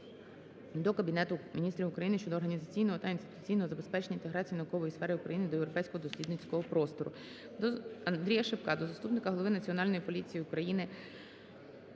до Кабінету Міністрів України щодо організаційного та інституційного забезпечення інтеграції наукової сфери України до Європейського дослідницького простору. Андрія Шипка до заступника голови Національної поліції України